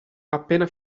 appena